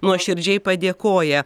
nuoširdžiai padėkoję